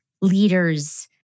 leaders